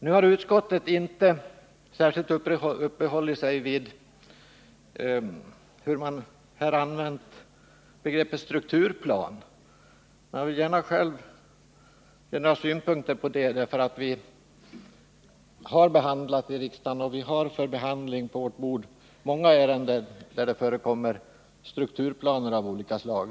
Nu har utskottet inte särskilt uppehållit sig vid hur man här använt begreppet strukturplan. Jag vill gärna själv ge några synpunkter på det. Vi har behandlat i riksdagen och vi har för behandling på vårt bord många ärenden där det förekommer strukturplaner av olika slag.